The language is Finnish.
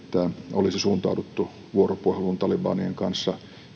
olisi suuntauduttu vuoropuheluun talibanien kanssa